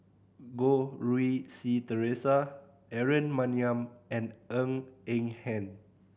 Goh Rui Si Theresa Aaron Maniam and Ng Eng Hen